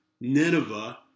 Nineveh